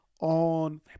on